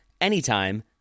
anytime